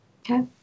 Okay